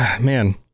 man